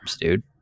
dude